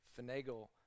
finagle